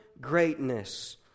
greatness